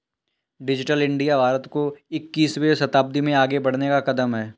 digital India Bharat को इक्कीसवें शताब्दी में आगे बढ़ने का कदम है